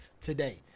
today